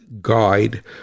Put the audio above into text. guide